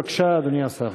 בבקשה, אדוני השר.